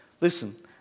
listen